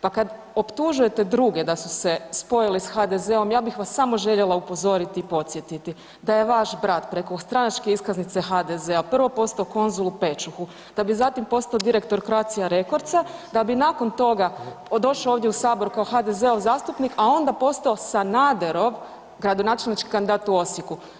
Pa kad optužujete druge da su se spojili s HDZ-om ja bih vas samo željela upozoriti i podsjetiti da je vaš brat preko stranačke iskaznice HDZ-a prvo postao konzul u Pečuhu, da bi zatim postao direktor Croatia recordsa, da bi nakon toga došao ovdje u sabor kao HDZ-ov zastupnik, a onda postao Sanaderov gradonačelnički kandidat u Osijeku.